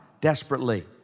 desperately